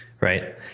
right